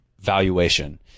valuation